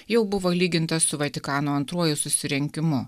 jau buvo lygintas su vatikano antruoju susirinkimu